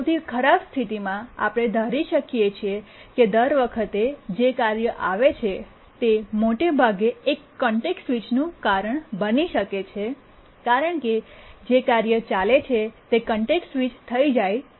સૌથી ખરાબ સ્થિતિમાં આપણે ધારી શકીએ છીએ કે દરેક વખતે જે કાર્ય આવે છે તે મોટે ભાગે એક કોન્ટેક્સ્ટ સ્વિચનું કારણ બની શકે છે કારણ કે જે કાર્ય ચાલે છે તે કોન્ટેક્સ્ટ સ્વિચ થઈ જાય છે